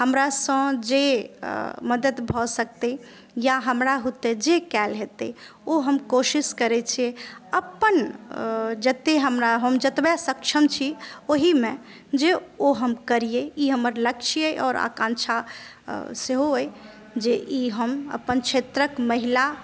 हमरा सॅं जे मदद भऽ सकतै या हमरा बूते जे कयल हेतै ओ हम कोशिश करै छी अपन जतय हमरा हम जतेबा सक्षम छी ओहिमे जे ओ हम करिए ई हमर लक्ष्य अछि आओर आकांक्षा सेहो अछि जे ई हम अपन क्षेत्रक महिला